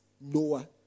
Noah